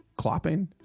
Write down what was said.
clopping